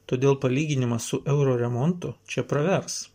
todėl palyginimas su euro remontu čia pravers